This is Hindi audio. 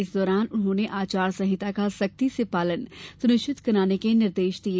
इस दौरान उन्होंने आचार संहिता का सख्ती से पालन सुनिश्चित कराने के निर्देश दिए